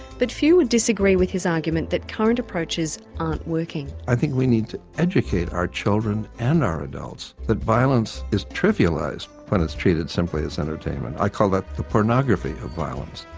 but few would disagree with his argument that current approaches aren't working. i think we need to educate our children and our adults that violence is trivialised when it's treated simply as entertainment. i call that the pornography of violence.